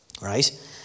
Right